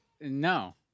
No